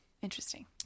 Interesting